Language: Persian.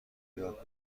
یاد